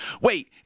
Wait